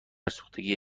سوختگی